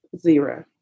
Zero